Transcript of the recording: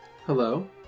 Hello